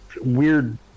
weird